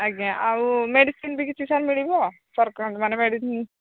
ଆଜ୍ଞା ଆଉ ମେଡ଼ିସିନ୍ବି କିଛି ସାର୍ ମିଳିବ ସରକାରଙ୍କ ମାନେ ମେଡ଼ିସିନ୍